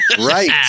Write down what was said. Right